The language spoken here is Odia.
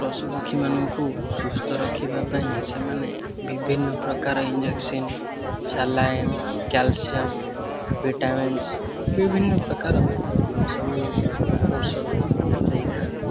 ପଶୁ ପକ୍ଷୀମାନଙ୍କୁ ସୁସ୍ଥ ରଖିବା ପାଇଁ ସେମାନେ ବିଭିନ୍ନ ପ୍ରକାର ଇଞ୍ଜେକ୍ସନ୍ ସାଲାଇନ୍ କ୍ୟାଲସିୟମ ଭିଟାମିନ୍ସ ବିଭିନ୍ନ ପ୍ରକାର ସବୁ ଔଷଧ ଦେଇଥାନ୍ତି